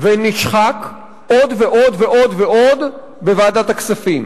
ונשחק עוד ועוד ועוד ועוד בוועדת הכספים.